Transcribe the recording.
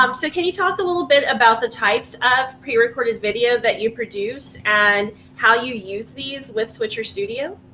um so can you talk a little bit about the types of prerecorded video that you produce and how you use these with switcher studio?